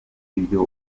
ibyo